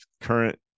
current